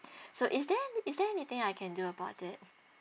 so is there is there anything I can do about it